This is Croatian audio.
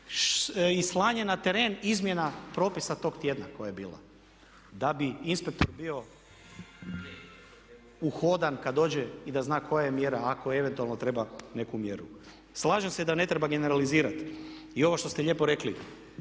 i slanje na teren izmjena propisa tog tjedan koja je bila da bi inspektor bio uhodan kad dođe i da zna koja je mjera ako eventualno treba neku mjeru. Slažem se i da ne treba generalizirati. I ovo što ste lijepo rekli,